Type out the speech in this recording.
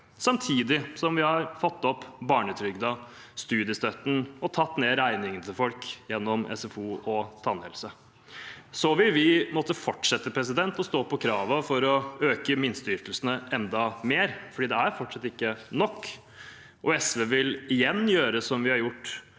samtidig som vi har fått opp barnetrygden, studiestøtten og tatt ned regningene til folk gjennom SFO og tannhelse. Så vil vi måtte fortsette å stå på krava for å øke minsteytelsene enda mer, for det er fortsatt ikke nok. SV vil igjen gjøre som vi har gjort